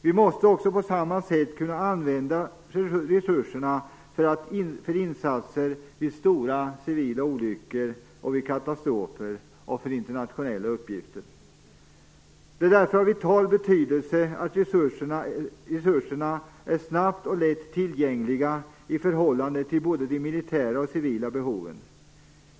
Vi måste också på samma sätt kunna använda resurserna för insatser vid stora civila olyckor, vid katastrofer och för internationella uppgifter. Det är därför av vital betydelse att resurserna är snabbt och lätt tillgängliga i förhållande till både de militära och civila behoven.